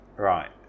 Right